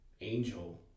Angel